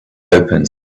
opened